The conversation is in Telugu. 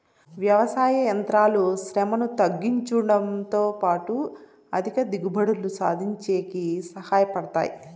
వ్యవసాయ యంత్రాలు శ్రమను తగ్గించుడంతో పాటు అధిక దిగుబడులు సాధించేకి సహాయ పడతాయి